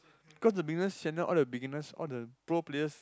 cause the beginners channel all the beginners all the pro players